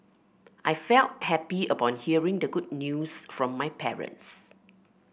I felt happy upon hearing the good news from my parents